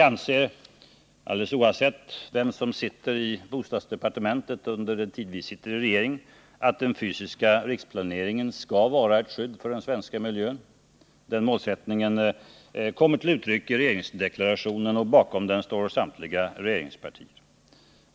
Alldeles oavsett vilka som sitter i bostadsdepartementet under den tid vi finns med i regeringen anser vi att den fysiska riksplaneringen skall vara ett skydd för den svenska miljön. Den målsättningen kommer till uttryck i regeringsdeklarationen, och bakom den står samtliga regeringspartier.